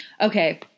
Okay